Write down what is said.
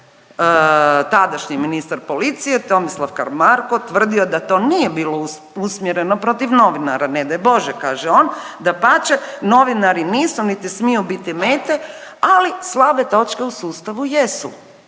je tadašnji ministar policije Tomislav Karamarko tvrdio da to nije bilo usmjereno protiv novinara, ne daj Bože kaže on, dapače novinari nisu niti smiju biti mete ali slabe točke u sustavu jesu.